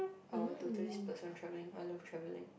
I will totally splurge on travelling I love travelling